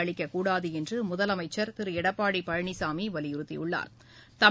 அளிக்கக்கூடாது என்று முதலமைச்சா் திரு எடப்பாடி பழனிசாமி வலியுறுத்தியுள்ளாா்